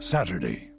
Saturday